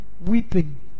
weeping